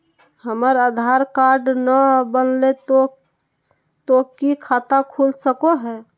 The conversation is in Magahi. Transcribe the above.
हमर आधार कार्ड न बनलै तो तो की खाता खुल सको है?